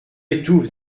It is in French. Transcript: étouffe